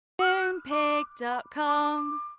Moonpig.com